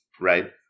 right